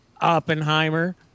Oppenheimer